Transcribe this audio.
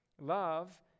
Love